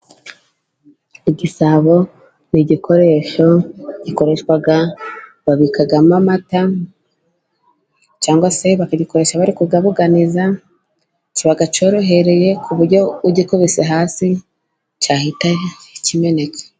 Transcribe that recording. Igisabo ni igikoresho gikoreshwa, babikamo amata, cyangwa se bakagikoresha bari kuyabuganiza, kiba cyorohereye ku buryo ugikubise hasi cyahita kimeneka.